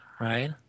right